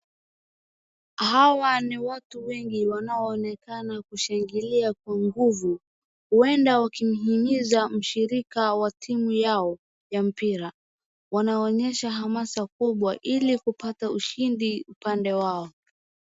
Hawa ni watu wengi wanaonekana kushangilia kwa nguvu, huenda wakimhimiza mshirika wa timu yao ya mpira. Wanaonyesha hamasa kubwa ili kupata ushindi upande wao.